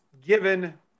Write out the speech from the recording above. given